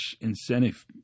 incentive